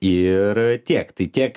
ir tiek tai tiek